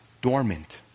dormant